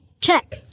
check